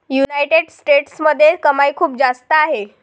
United स्टेट्समध्ये कमाई खूप जास्त आहे